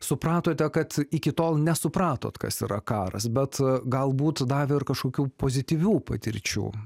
supratote kad iki tol nesupratot kas yra karas bet galbūt davė ir kažkokių pozityvių patirčių